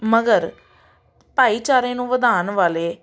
ਮਗਰ ਭਾਈਚਾਰੇ ਨੂੰ ਵਧਾਉਣ ਵਾਲੇ